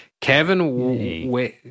Kevin